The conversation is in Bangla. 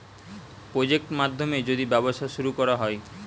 প্রজেক্ট মাধ্যমে যদি ব্যবসা শুরু করা হয়